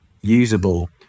usable